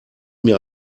mir